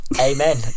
Amen